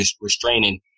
restraining